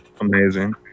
amazing